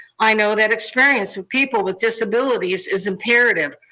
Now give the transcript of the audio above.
i know that experience with people with disabilities is imperative.